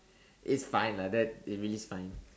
it's fine lah that it really fine